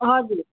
हजुर